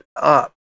up